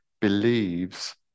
believes